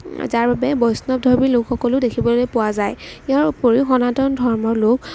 যাৰ বাবে বৈষ্ণৱধৰ্মী লোকসকলো দেখিবলৈ পোৱা যায় ইয়াৰোপৰি সনাতন ধৰ্মৰ লোক